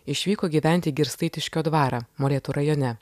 išvyko gyventi į girsteitiškio dvarą molėtų rajone